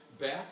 back